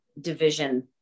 division